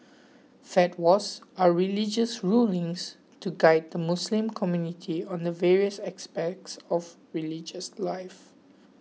fatwas are religious rulings to guide the Muslim community on the various aspects of religious life